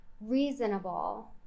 reasonable